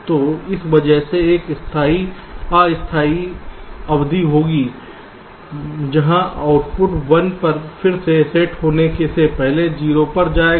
तो इस वजह से एक अस्थायी अवधि होगी जहां आउटपुट 1 पर फिर से सेट होने से पहले 0 पर जाएगा